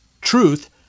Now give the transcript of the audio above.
truth